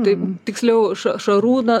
taip tiksliau ša šarūną